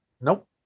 Nope